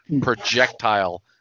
projectile